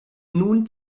nun